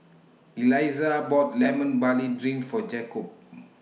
Elizah bought Lemon Barley Drink For Jakobe